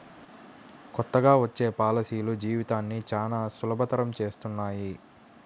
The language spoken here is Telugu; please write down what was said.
కొత్తగా వచ్చే పాలసీలు జీవితాన్ని చానా సులభతరం చేస్తున్నాయి